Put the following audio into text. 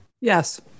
yes